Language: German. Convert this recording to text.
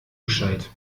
gescheit